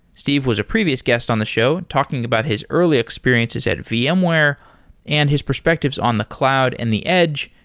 steve was a previous guest on the show talking about his early experiences at vmware and his perspectives on the cloud and the edge.